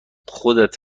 خودت